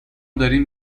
داریم